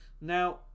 now